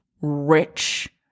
rich